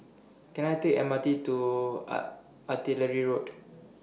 Can I Take The M R T to Artillery Road